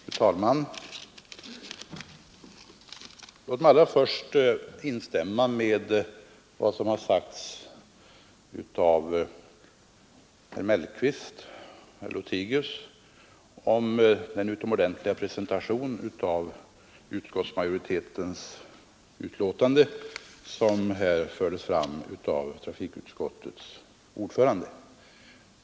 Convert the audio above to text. Fru talman! Låt mig allra först instämma i vad som har sagts av herr Mellqvist och herr Lothigius om den utomordentligt fina presentation av utskottsmajoritetens betänkande som trafikutskottets ordförande gjorde.